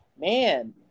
man